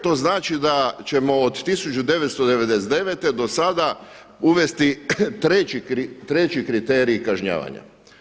To znači da ćemo od 1999. do sada uvesti 3. kriterij kažnjavanja.